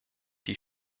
die